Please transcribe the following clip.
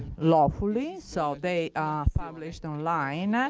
lawfully, so they published online.